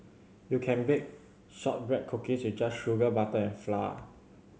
you can bake shortbread cookies with just sugar butter and flour